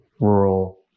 rural